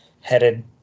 headed